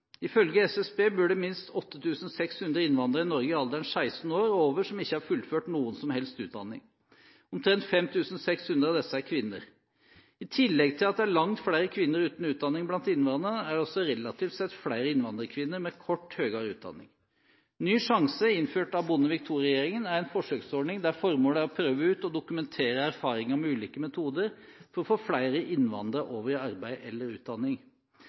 Ifølge SSB bor det minst 8 600 innvandrere i Norge i alderen 16 år og over som ikke har fullført noen som helst utdanning. Omtrent 5 600 av disse er kvinner. I tillegg til at det er langt flere kvinner uten utdanning blant innvandrerne, er det også relativt sett flere innvandrerkvinner med kort høyere utdanning. Ny sjanse, innført av Bondevik II-regjeringen, er en forsøksordning der formålet er å prøve ut og dokumentere erfaringer med ulike metoder for å få flere innvandrere over i arbeid eller utdanning.